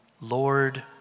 Lord